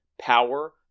power